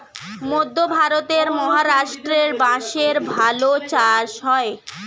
মধ্যে ভারতের মহারাষ্ট্রে বাঁশের ভালো চাষ হয়